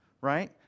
right